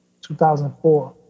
2004